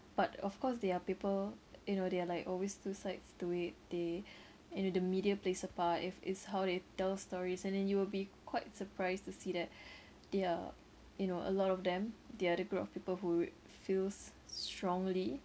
but of course they are people you know there are like always two sides to it they you know the media plays a part if it's how they tell stories and then you will be quite surprised to see that they are you know a lot of them the other group of people who feels strongly